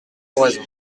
oraison